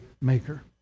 maker